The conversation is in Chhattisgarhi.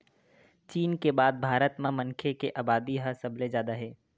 चीन के बाद भारत म मनखे के अबादी ह सबले जादा हे